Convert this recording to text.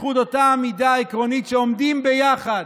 לאותה עמידה עקרונית שאנחנו עומדים יחד,